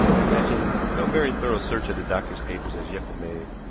i imagine no very thorough search of the doctor's papers has yet been made,